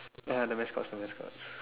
ya the mascots the mascots